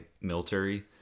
military